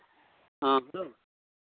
ᱦᱮᱸ ᱦᱮᱞᱳ